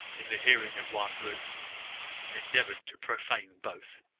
in the hearing of one who has endeavoured to profane both.